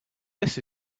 this